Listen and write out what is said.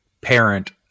parent